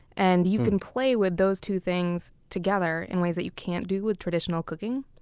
and you can play with those two things together in ways that you can't do with traditional cooking.